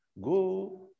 Go